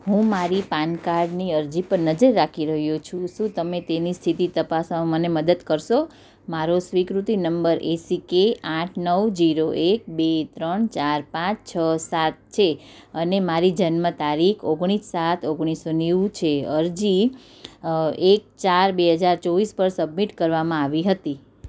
હું મારી પાનકાર્ડની અરજી પર નજર રાખી રહ્યો છું શું તમે તેની સ્થિતિ તપાસવામાં મને મદદ કરશો મારો સ્વીકૃતિ નંબર એસીકે આઠ નવ ઝીરો એક બે ત્રણ ચાર પાંચ છ સાત છે અને મારી જન્મ તારીખ ઓગણીસ સાત ઓગણીસો નેવું છે અરજી એક ચાર બે હજાર ચોવીસ પર સબમિટ કરવામાં આવી હતી